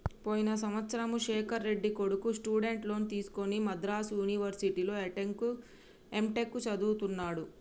పోయిన సంవత్సరము శేఖర్ రెడ్డి కొడుకు స్టూడెంట్ లోన్ తీసుకుని మద్రాసు యూనివర్సిటీలో ఎంటెక్ చదువుతున్నడు